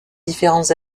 différents